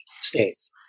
states